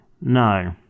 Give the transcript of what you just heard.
No